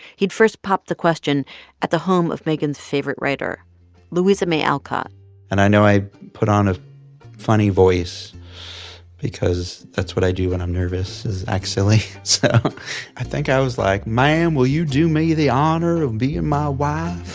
he'd first popped the question at the home of megan's favorite writer louisa may alcott and i know i put on a funny voice because that's what i do when i'm nervous is act silly. so i think i was like ma'am, will you do me the honor of being my wife?